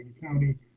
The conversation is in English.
county